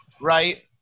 right